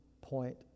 point